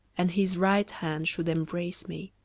and his right hand should embrace me.